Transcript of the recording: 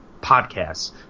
podcasts